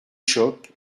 choc